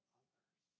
others